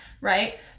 right